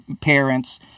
parents